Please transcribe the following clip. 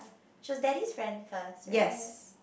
she was daddy's friend first right